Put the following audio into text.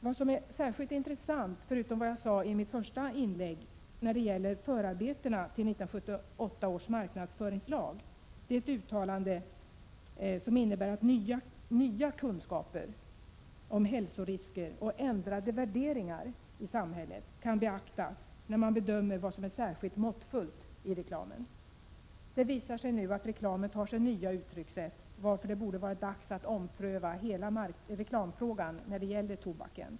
Vad som är särskilt intressant, förutom det jag sade i mitt första inlägg när det gäller förarbetena till 1978 års marknadsföringslag, är ett uttalande som innebär att nya kunskaper om hälsorisker och ändrade värderingar i samhället kan beaktas vid bedömningen av vad som är särskilt måttfullt i reklamen. Det visar sig nu att reklamen tar sig nya uttryckssätt, varför det borde vara dags att ompröva hela reklamfrågan när det gäller tobaken.